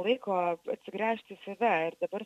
laiko atsigręžti į save ir dabar